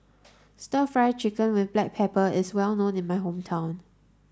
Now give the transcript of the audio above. stir fry chicken with black pepper is well known in my hometown